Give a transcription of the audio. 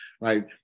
right